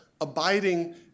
abiding